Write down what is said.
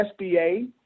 SBA